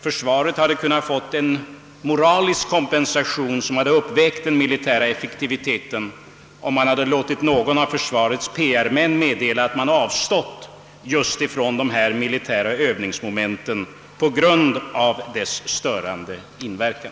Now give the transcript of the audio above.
försvaret kunnat få en moralisk kompensation som uppvägt den eventuellt förlorade militära effektiviteten, om man låtit någon av sina PR-män meddela att man avstod från att genomföra övningarna just på grund av att de kunde störa allmänheten.